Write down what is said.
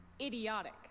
Idiotic